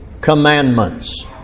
commandments